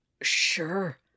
Sure